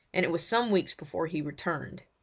and it was some weeks before he returned.